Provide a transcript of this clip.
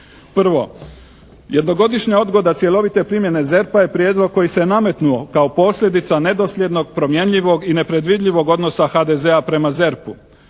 Prvo, jednogodišnja odgoda cjelovite primjene ZERP-a je prijedlog koji se nametnuo kao posljedica nedosljednog, promjenljivog i nepredvidljivog odnosa HDZ-a prema ZERP-u.